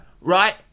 Right